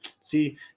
see